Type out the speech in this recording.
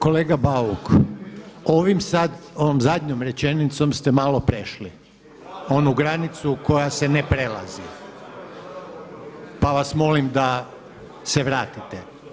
Kolega Bauk, ovim sad, ovom zadnjom rečenicom ste malo prešli onu granicu koja se ne prelazi pa vas molim da se vratiti.